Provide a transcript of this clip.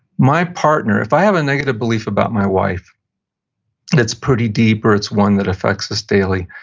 my partner, if i have a negative belief about my wife that's pretty deep, or it's one that affects us daily,